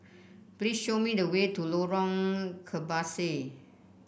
please show me the way to Lorong Kebasi